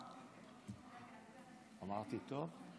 אדוני היושב-ראש,